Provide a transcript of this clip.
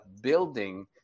building